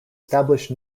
establish